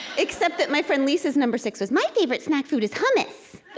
except that my friend lisa's number six was, my favorite snack food is hummus.